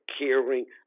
caring